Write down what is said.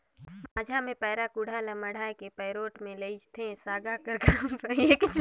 माझा मे पैरा कुढ़ा ल मढ़ाए के पैरोठ मे लेइजथे, सागा कर काम पैरा कुढ़ा ल पैरोठ लेइजे बर करथे